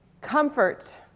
Comfort